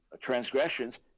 transgressions